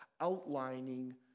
outlining